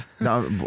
No